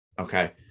Okay